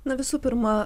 na visų pirma